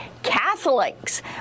Catholics